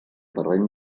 terreny